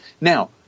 Now